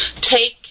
take